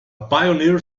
pioneer